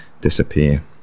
disappear